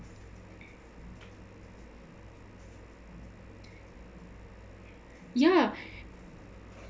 ya